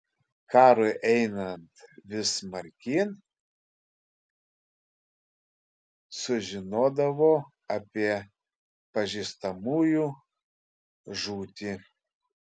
karui einant vis smarkyn sužinodavo apie pažįstamųjų žūtį